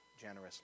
generously